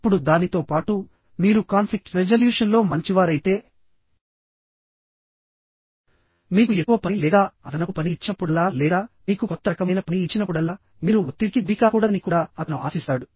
ఇప్పుడు దానితో పాటు మీరు కాన్ఫ్లిక్ట్ రెజల్యూషన్ లో మంచివారైతే మీకు ఎక్కువ పని లేదా అదనపు పని ఇచ్చినప్పుడల్లా లేదా మీకు కొత్త రకమైన పని ఇచ్చినప్పుడల్లా మీరు ఒత్తిడికి గురికాకూడదని కూడా అతను ఆశిస్తాడు